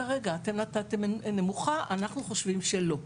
אתם נתתם הערכה נמוכה ואנחנו חושבים שלא?